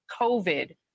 COVID